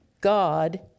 God